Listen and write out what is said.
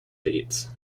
dates